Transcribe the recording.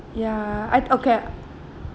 ya I okay